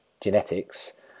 genetics